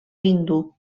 hindú